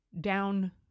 down